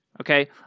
okay